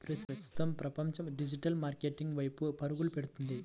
ప్రస్తుతం ప్రపంచం digital marketing వైపు పరుగులు పెడుతుంది